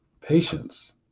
patience